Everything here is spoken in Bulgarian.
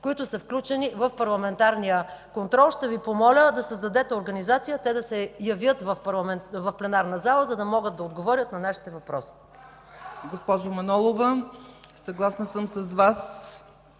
министри, включени в парламентарния контрол. Ще Ви помоля да създадете организация те да се явят в пленарната зала, за да могат да отговорят на нашите въпроси.